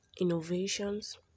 innovations